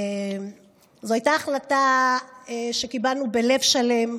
זו הייתה החלטה שקיבלנו בלב שלם,